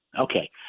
Okay